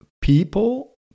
people